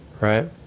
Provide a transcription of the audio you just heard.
right